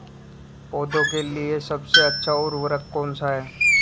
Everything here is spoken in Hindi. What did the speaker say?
पौधों के लिए सबसे अच्छा उर्वरक कौनसा हैं?